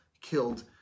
killed